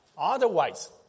otherwise